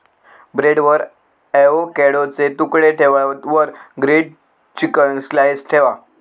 ब्रेडवर एवोकॅडोचे तुकडे ठेवा वर ग्रील्ड चिकन स्लाइस ठेवा